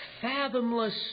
fathomless